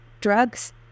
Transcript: drugs